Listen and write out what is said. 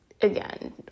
again